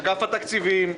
אגף התקציבים,